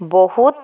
ବହୁତ